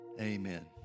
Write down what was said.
amen